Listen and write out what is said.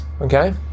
Okay